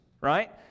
right